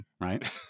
right